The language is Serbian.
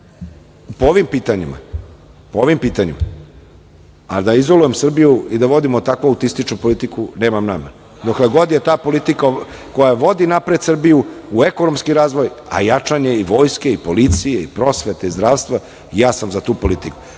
po ovim pitanjima, a da izolujem Srbiju i da vodimo tako autističnu politiku, nemam nameru. Dokle god je ta politika koja vodi napred Srbiju u ekonomski razvoj, a i jačanje vojske, policije, prosvete i zdravstva, ja sam za tu politiku.